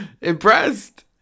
impressed